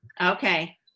Okay